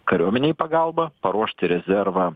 kariuomenei pagalbą paruošti rezervą